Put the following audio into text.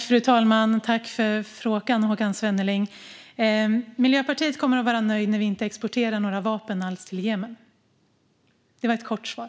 Fru talman! Tack för frågan, Håkan Svenneling! Miljöpartiet kommer att vara nöjt när vi inte exporterar några vapen alls till Jemen. Det var ett kort svar.